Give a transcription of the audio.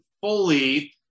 fully